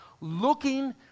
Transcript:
Looking